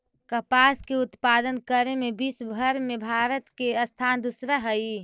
कपास के उत्पादन करे में विश्वव भर में भारत के स्थान दूसरा हइ